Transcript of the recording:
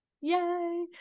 Yay